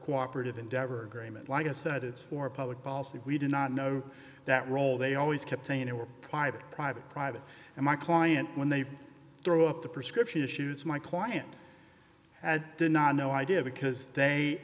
cooperative endeavor agreement like i said it's for public policy we do not know that role they always kept saying they were private private private and my client when they throw up the prescription issues my client had no idea because they